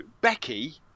becky